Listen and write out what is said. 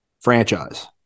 franchise